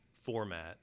format